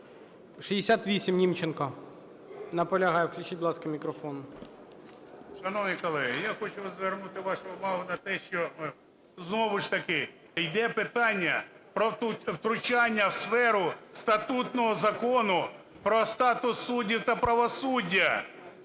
Шановні колеги, я хочу звернути вашу увагу на те, що знову ж таки йде питання про втручання в сферу статутного Закону про статус суддів та правосуддя.